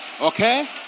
Okay